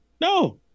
No